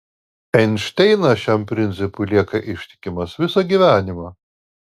einšteinas šiam principui lieka ištikimas visą gyvenimą